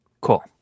Cool